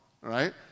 right